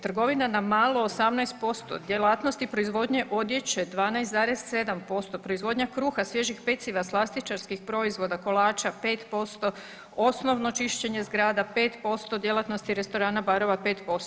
Trgovina na malo 18%, djelatnosti proizvodnje odjeće 12,7%, proizvodnja kruha, svježih peciva, slastičarskih proizvoda, kolača 5%, osnovno čišćenje zgrada 5%, djelatnosti restorana, barova 5%